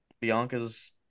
Bianca's